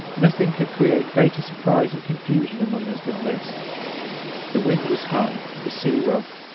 nothing could create greater surprise and confusion among us than this the wind was high, the sea rough,